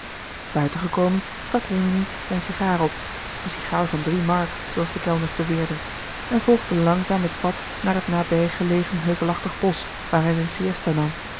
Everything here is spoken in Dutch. buiten gekomen stak rimini zijn sigaar op een sigaar van drie mark zoo als de kellners beweerden en volgde langzaam het pad naar het nabij gelegen heuvelachtig bosch waar hij